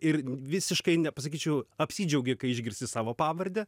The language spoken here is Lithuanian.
ir visiškai ne pasakyčiau apsidžiaugi kai išgirsti savo pavardę